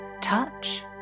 touch